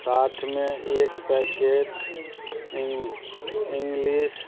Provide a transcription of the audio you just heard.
साथमे एक पैकेट इन्ग इन्गलिश